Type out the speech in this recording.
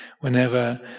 whenever